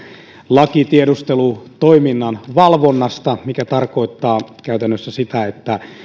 laki tiedustelutoiminnan valvonnasta mikä tarkoittaa käytännössä sitä että